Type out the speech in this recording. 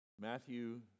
Matthew